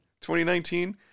2019